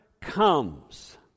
Comes